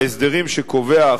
בהסדרים שהחוק קובע.